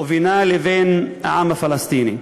ובינה לבין העם הפלסטיני.